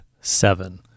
Seven